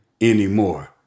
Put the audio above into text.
anymore